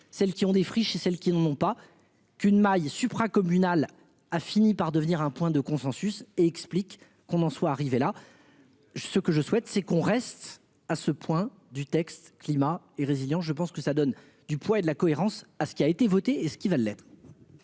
celles qui ont des friches et celles qui n'en ont pas qu'une maille supra communal a fini par devenir un point de consensus et explique qu'on en soit arrivé là. Ce que je souhaite c'est qu'on reste à ce point du texte, climat et résilience, je pense que ça donne du poids et de la cohérence à ce qui a été votée et ce qui va l'être.